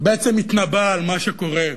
בעצם הוא התנבא על מה שקורה.